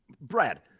Brad